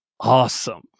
awesome